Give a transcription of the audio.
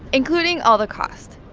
including all the costs.